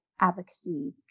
advocacy